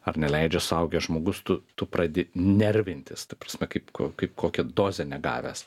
ar neleidžia suaugęs žmogus tu tu pradi nervintis ta prasme kaip ko kaip kokią dozę negavęs